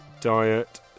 Diet